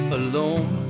alone